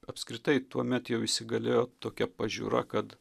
apskritai tuomet jau įsigalėjo tokia pažiūra kad